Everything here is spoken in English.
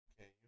Okay